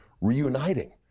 reuniting